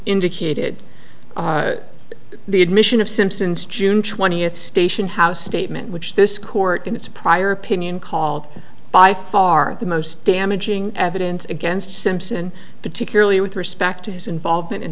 indicated the admission of simpson's june twentieth stationhouse statement which this court in its prior opinion called by far the most damaging evidence against simpson particularly with respect to his involvement in